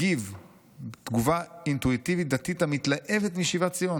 הגיב תגובה אינטואיטיבית דתית המתלהבת משיבת ציון.